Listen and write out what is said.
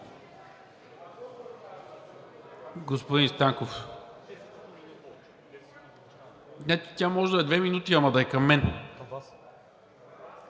Господин Станков… Не, тя може да е две минути, но да е към мен.